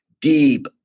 deep